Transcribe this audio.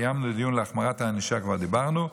קיימנו דיון על החמרת הענישה, כבר דיברנו.